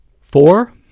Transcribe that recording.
Four